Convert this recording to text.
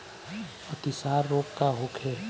अतिसार रोग का होखे?